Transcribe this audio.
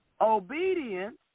Obedience